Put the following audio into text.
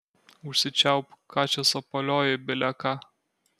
užsičiaupk ką čia sapalioji bile ką